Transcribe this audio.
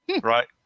right